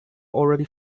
already